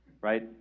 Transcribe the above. right